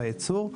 בייצור.